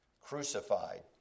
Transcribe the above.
crucified